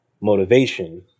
motivation